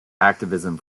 activism